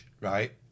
Right